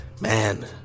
man